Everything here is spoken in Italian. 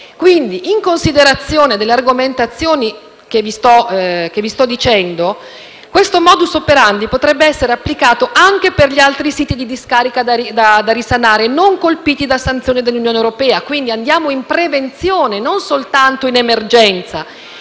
Pertanto, in considerazione delle argomentazioni che vi sto illustrando, questo *modus operandi* potrebbe essere applicato anche ad gli altri siti di discarica da risanare non colpiti da sanzioni dell'Unione europea (quindi operiamo in prevenzione non soltanto in emergenza)